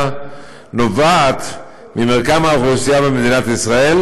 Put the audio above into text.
נובעת ממרקם האוכלוסייה במדינת ישראל,